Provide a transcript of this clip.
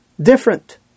different